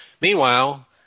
Meanwhile